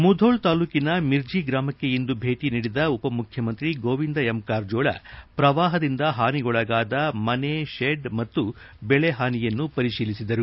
ಮುಧೋಳ ತಾಲೂಕಿನ ಮಿರ್ಜಿ ಗ್ರಾಮಕ್ಕೆ ಇಂದು ಭೇಟಿ ನೀಡಿದ ಉಪಮುಖ್ಯಮಂತ್ರಿ ಗೋವಿಂದ ಎಂ ಕಾರಜೋಳ ಪ್ರವಾಹದಿಂದ ಹಾನಿಗೊಳಗಾದ ಮನೆ ಶೆಡ್ ಮತ್ತು ಬೆಳೆ ಹಾನಿಯನ್ನು ಪರಿಶೀಲಿಸಿದರು